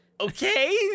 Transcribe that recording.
Okay